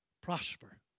prosper